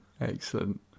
Excellent